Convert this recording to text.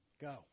Go